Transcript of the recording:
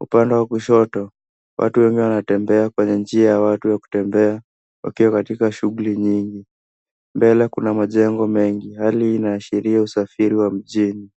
Upande wa kushoto, watu wengi wanatembea kwenye njia ya watu ya kutembea wakiwa katika shughuli nyingi. Mbele kuna majengo mengi. Hali hii inaashiria usafiri wa mjini.